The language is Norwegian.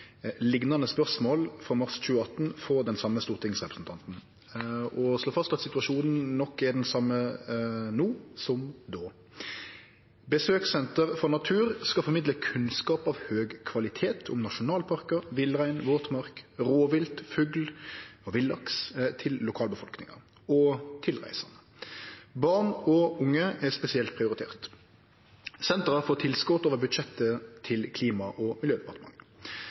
liknande spørsmål frå mars 2018 frå den same stortingsrepresentanten og slå fast at situasjonen nok er den same no som då. Besøkssenter for natur skal formidle kunnskap av høg kvalitet om nasjonalparkar, villrein, våtmark, rovvilt, fugl og villaks til lokalbefolkninga og tilreisande. Barn og unge er spesielt prioriterte. Senteret har fått tilskot over budsjettet til Klima- og miljødepartementet.